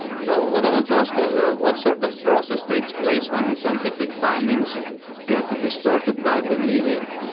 so what i want to ask you is ah what sort of process takes place when scientific findings get distorted by the media?